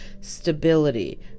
stability